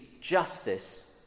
justice